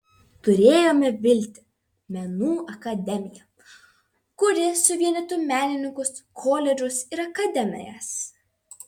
turėjome viltį menų akademiją kuri suvienytų menininkus koledžus ir akademijas